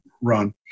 run